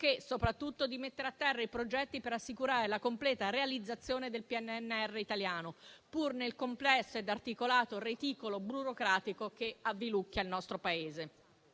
nonché soprattutto di mettere a terra i progetti per assicurare la completa realizzazione del PNRR italiano, pur nel complesso e articolato reticolo burocratico che avviluppa il nostro Paese.